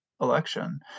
election